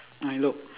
ah hello